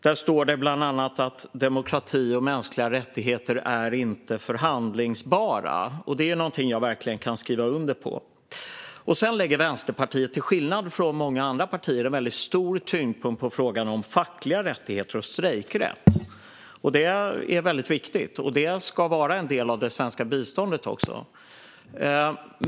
Där står bland annat att demokrati och mänskliga rättigheter inte är förhandlingsbara, vilket är något jag verkligen kan skriva under på. Till skillnad från många andra partier fäster Vänsterpartiet väldigt stor vikt vid frågan om fackliga rättigheter och strejkrätt. Detta är väldigt viktigt och ska också vara en del av det svenska biståndet.